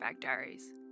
Diaries